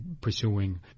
pursuing